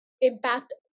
impact